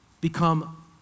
become